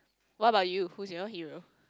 what about you who's your hero